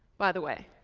by the way,